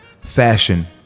fashion